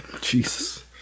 Jesus